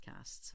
podcasts